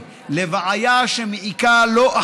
לא,